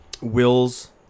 wills